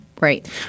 Right